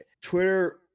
Twitter